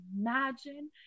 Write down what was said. imagine